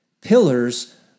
Pillars